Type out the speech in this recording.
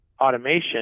automation